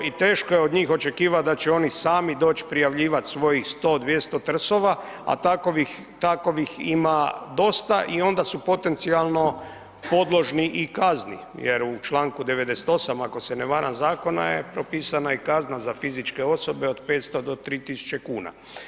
I teško je od njih očekivati da će oni sami doći prijavljivati svojih 100, 200 trsova a takovih ima dosta i ona su potencijalno podložni i kazni jer u članku 98. ako se ne varam zakona je, propisana je i kazna za fizičke osobe od 500 do 3000 kuna.